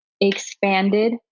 expanded